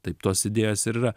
taip tos idėjos ir yra